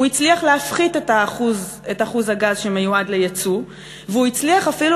הוא הצליח להפחית את אחוז הגז שמיועד ליצוא והוא הצליח אפילו